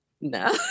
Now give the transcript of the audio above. no